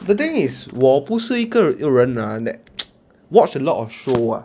the thing is 我不是一个人 ah that watch a lot of show ah